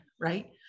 Right